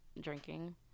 drinking